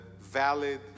valid